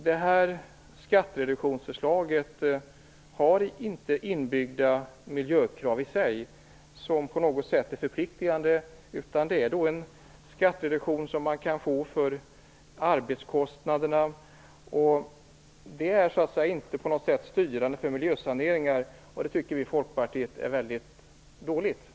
Detta skattereduktionsförslag har i sig inga inbyggda förpliktande miljökrav. Man kan få skattereduktion för arbetskostnaderna. Det är inte på något sätt styrande för miljösaneringar, och det tycker vi i Folkpartiet är väldigt dåligt.